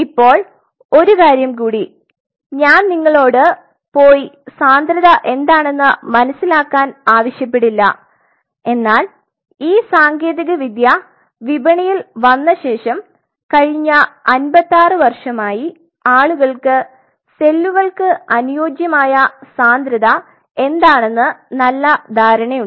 ഇപ്പോൾ ഒരു കാര്യം കൂടി ഞാൻ നിങ്ങളോട് പോയി സാന്ദ്രത എന്താണെന്ന് മനസിലാക്കാൻ ആവശ്യപ്പെടില്ല എന്നാൽ ഈ സാങ്കേതികവിദ്യ വിപണിയിൽ വന്ന ശേഷം കഴിഞ്ഞ 56 വർഷമായി ആളുകൾക്ക് സെല്ലുകൾക്ക് അനുയോജ്യമായ സാന്ദ്രത എന്താണെന്ന് നല്ല ധാരണയുണ്ട്